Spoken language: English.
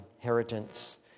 inheritance